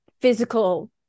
physical